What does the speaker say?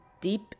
deep